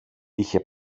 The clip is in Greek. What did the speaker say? είχε